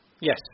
Yes